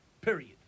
Period